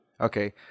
Okay